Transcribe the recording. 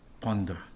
ponder